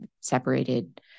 separated